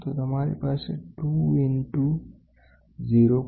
તો તમારી પાસે 2 ઈંટુ 0